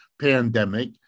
pandemic